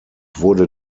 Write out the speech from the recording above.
wurde